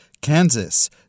Kansas